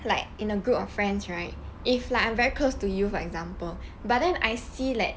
like in a group of friends right if like I'm very close to you for example but then I see like